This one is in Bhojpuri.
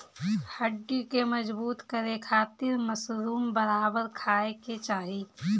हड्डी के मजबूत करे खातिर मशरूम बराबर खाये के चाही